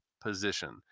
position